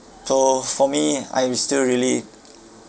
so for me I am still really